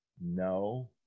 No